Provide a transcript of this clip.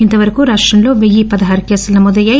ఇంతవరకు రాష్టంలో వెయ్యి పదహారు కేసులు నమోదయ్యాయి